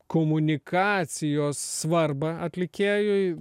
komunikacijos svarbą atlikėjui